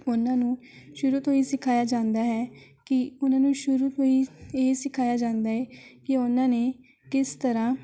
ਉਨ੍ਹਾਂ ਨੂੰ ਸ਼ੁਰੂ ਤੋਂ ਹੀ ਸਿਖਾਇਆ ਜਾਂਦਾ ਹੈ ਕਿ ਉਨ੍ਹਾਂ ਨੂੰ ਸ਼ੁਰੂ ਤੋਂ ਹੀ ਇਹ ਸਿਖਾਇਆ ਜਾਂਦਾ ਹੈ ਕਿ ਉਨ੍ਹਾਂ ਨੇ ਕਿਸ ਤਰ੍ਹਾਂ